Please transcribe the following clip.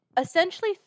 essentially